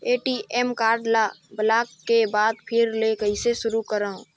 ATM card ल block के बाद फिर ले कइसे शुरू करव?